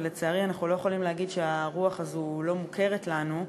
ולצערי אנחנו לא יכולים להגיד שהרוח הזו לא מוכרת לנו.